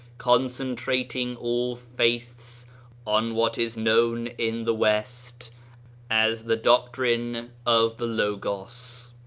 concentering all faiths on what is known in the west as the doctrine of the logos.